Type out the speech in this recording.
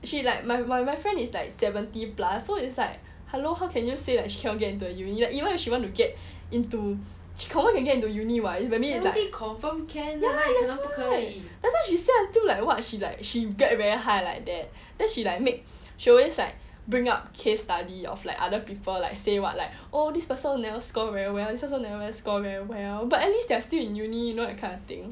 she like my my my friend is like seventy plus so it's like hello how can you say like she cannot get into a uni like even if she want to get into she confirm can get into uni [what] it's only like ya lah that's why then she said until like what she like she get very high like that then she like make she always like bring up case study of like other people like say what like oh this person never score very well also never score very well but at least they are still in uni you know that kind of things